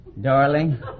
darling